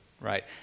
right